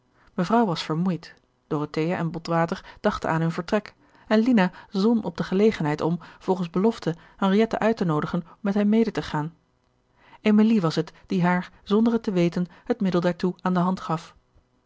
mevrouw was vermoeid dorothea en botwater dachten aan hun vertrek en lina zon op de gelegenheid om volgens belofte henriette uit te noodigen met hen mede te gaan emilie was het die haar zonder het te weten het middel daartoe aan de hand gaf